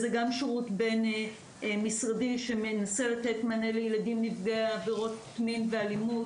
זה גם שירות בין משרדי שמנסה לתת מענה לילדים נפגעי עבירות ואלימות.